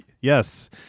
Yes